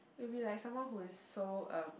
maybe like someone who is so um